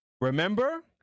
Remember